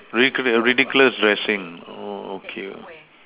ridiculous ridiculous dressing oh okay